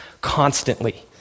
constantly